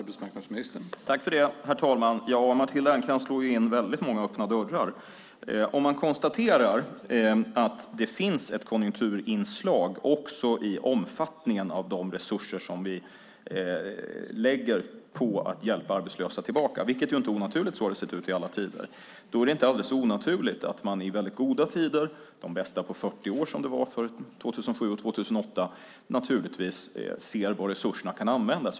Herr talman! Matilda Ernkrans slår i väldigt många öppna dörrar. Det finns ett konjunkturinslag också i omfattningen av de resurser som vi lägger på att hjälpa arbetslösa tillbaka vilket inte är onaturligt. Så har det sett ut i alla tider. Det är då inte alldeles onaturligt att man i väldigt goda tider - de bästa på 40 år som det var 2007 och 2008 - ser var resurserna kan användas.